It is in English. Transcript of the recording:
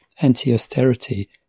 anti-austerity